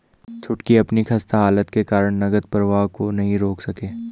छुटकी अपनी खस्ता हालत के कारण नगद प्रवाह को नहीं रोक सके